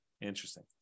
Interesting